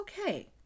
okay